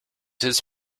his